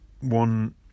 One